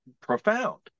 profound